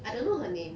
I don't know her name